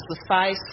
suffice